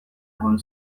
egon